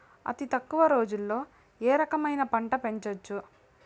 అతి తక్కువ రోజుల్లో ఏ రకమైన పంట పెంచవచ్చు?